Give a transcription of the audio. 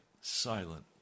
silent